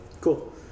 Cool